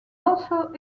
also